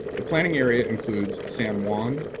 the planning area includes san juan,